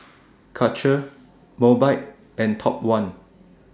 Karcher Mobike and Top one